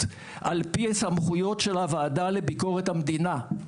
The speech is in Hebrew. על פי הסמכויות של הוועדה לביקורת המדינה,